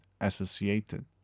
associated